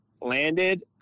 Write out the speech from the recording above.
landed